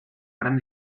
gran